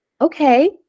Okay